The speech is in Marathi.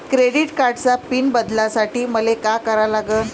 क्रेडिट कार्डाचा पिन बदलासाठी मले का करा लागन?